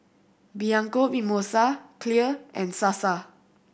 Bianco Mimosa Clear and Sasa